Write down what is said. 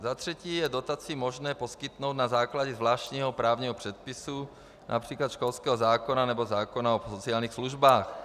Za třetí je dotaci možné poskytnout na základě zvláštního právního předpisu, např. školského zákona nebo zákona o sociálních službách.